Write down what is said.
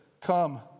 Come